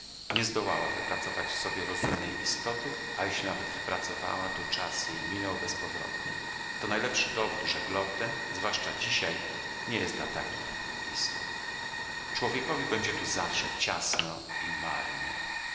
nie zdołała wypracować sobie rozumnej istoty a jeśli nawet wypracowała to czas jej minął bezpowrotnie to najlepszy dowód że glob ten zwłaszcza dzisiaj nie jest dla takich istot człowiekowi będzie tu zawsze ciasno i marnie